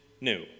new